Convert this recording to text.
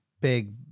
big